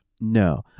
No